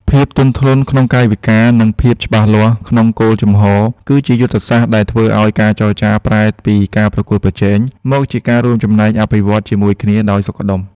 ភាពទន់ភ្លន់ក្នុងកាយវិការ និងភាពច្បាស់លាស់ក្នុងគោលជំហរ គឺជាយុទ្ធសាស្ត្រដែលធ្វើឱ្យការចរចាប្រែពីការប្រកួតប្រជែង មកជាការរួមចំណែកអភិវឌ្ឍជាមួយគ្នាដោយសុខដុម។